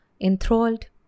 enthralled